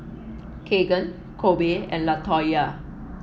Kegan Kobe and Latoyia